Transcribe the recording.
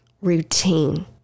routine